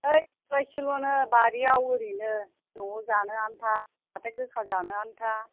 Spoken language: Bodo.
है दब्लासेल'नो बारियाव ओरैनो न'आव जानो आन्था फाथो गोखा जानो आन्था